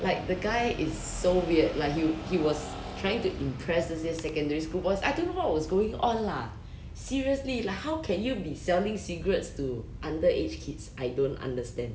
like the guy is so weird like he he was trying to impress 那些 secondary school boys I don't know what was going on lah seriously like how can you be selling cigarettes to underage kids I don't understand